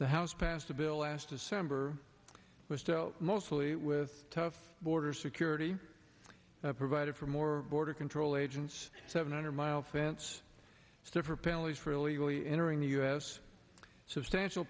the house passed a bill last december mostly with tough border security provided for more border control agents seven hundred mile fence stiffer penalties for illegally entering the u s substantial